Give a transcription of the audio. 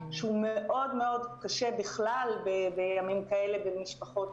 שהוא מאוד מאוד קשה בכלל בימים כאלה ובמשפחות